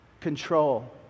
control